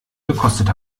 gekostet